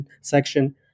section